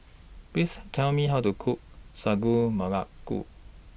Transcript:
Please Tell Me How to Cook Sagu Melaka